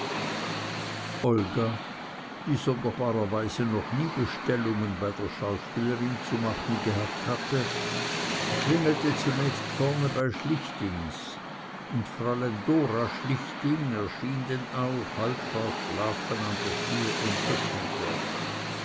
olga die sonderbarerweise noch nie bestellungen bei der schauspielerin zu machen gehabt hatte klingelte zunächst vorn bei schlichtings und fräulein flora schlichting erschien denn auch halb verschlafen an der tür und öffnete